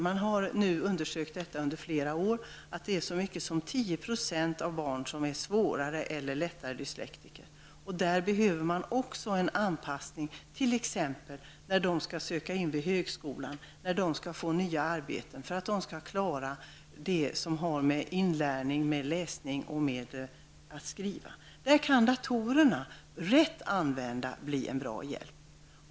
Man har gjort undersökningar under flera år och kommit fram till att så många som 10 % av barnen är svårare eller lättare dyslektiker. Det behövs en anpassning, t.ex. när dessa människor skall söka in till högskolan och när de skall få nya arbeten för att de skall klara inlärning, läsning och skrivning. Rätt använda kan datorerna bli en bra hjälp.